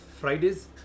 fridays